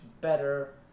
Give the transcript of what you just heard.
better